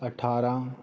ਅਠਾਰ੍ਹਾਂ